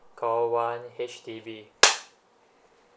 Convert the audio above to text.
call one H_D_B